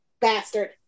bastard